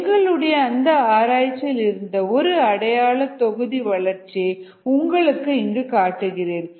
எங்களுடைய அந்த ஆராய்ச்சியில் இருந்து ஒரு அடையாள தொகுதி வளர்ச்சியை உங்களுக்கு இங்கு காட்டுகிறேன்